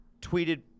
tweeted